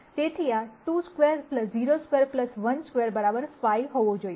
તેથી આ ₂2 02 12 5 હોવું જોઈએ